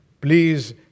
Please